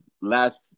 last